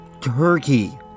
turkey